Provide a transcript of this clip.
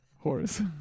Horace